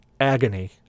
Agony